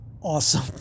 awesome